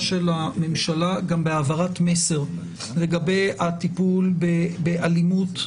של הממשלה גם בהעברת מסר לגבי הטיפול באלימות,